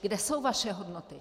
Kde jsou vaše hodnoty?